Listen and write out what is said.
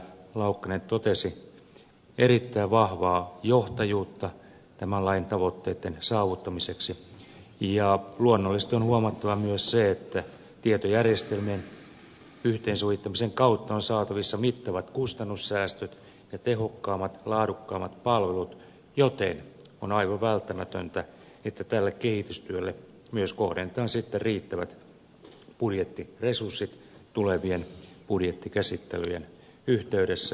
laukkanen totesi erittäin vahvaa johtajuutta tämän lain tavoitteitten saavuttamiseksi ja luonnollisesti on huomattava myös se että tietojärjestelmien yhteensovittamisen kautta on saatavissa mittavat kustannussäästöt ja tehokkaammat laadukkaammat palvelut joten on aivan välttämätöntä että tälle kehitystyölle myös kohdennetaan sitten riittävät budjettiresurssit tulevien budjettikäsittelyjen yhteydessä